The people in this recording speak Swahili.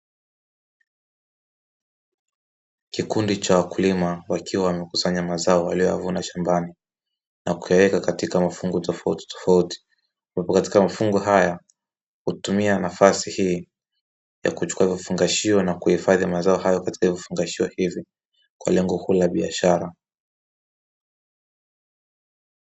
Kikundi cha wakulima wakiwa wamekusanya mazao walioyavuna shambani, na kuyaweka katika mafungu tofauti tofauti kuwepo katika mafungu haya, hutumia nafasi hii ya kuchukua vifungashio na kuhifadhi mazao hayo katika vifungashio hivi kwa lengo kuu la biashara.